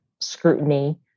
scrutiny